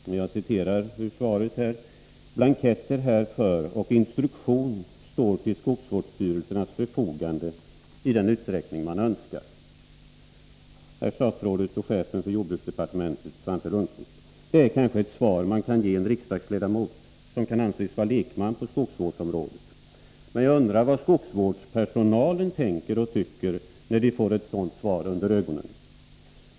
Får jag citera ur svaret: ”Blanketter härför och instruktion står till skogsvårdsstyrelsernas förfogande i den utsträckning man önskar.” Herr statsrådet och chefen för jordbruksdepartementet Svante Lundkvist! Detta är kanske ett svar man kan ge en riksdagsledamot, som kan anses vara lekman på skogsvårdsområdet, men jag undrar vad skogsvårdspersonalen tänker och tycker när de får ett sådant svar under ögonen.